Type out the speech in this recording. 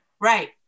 Right